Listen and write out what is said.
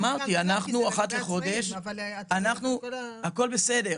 הכול בסדר,